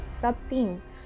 sub-themes